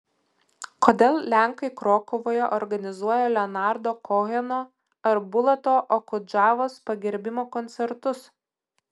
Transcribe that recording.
kodėl lenkai krokuvoje organizuoja leonardo koheno ar bulato okudžavos pagerbimo koncertus